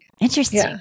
Interesting